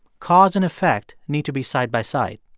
cause and effect need to be side by side.